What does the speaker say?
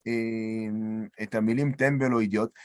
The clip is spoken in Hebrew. אמ... את המילים, "טמבל" או "אדיוט".